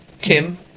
kim